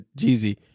Jeezy